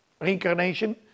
reincarnation